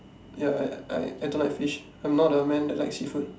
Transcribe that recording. ya I I I don't like fish I'm not a man that like seafood